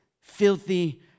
filthy